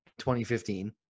2015